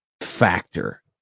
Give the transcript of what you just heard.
factor